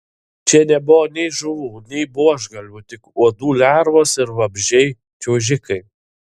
čia nebuvo nei žuvų nei buožgalvių tik uodų lervos ir vabzdžiai čiuožikai